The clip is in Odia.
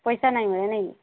ପଇସା ନାଇଁ ମିଳେ ନାଇଁ